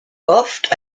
oft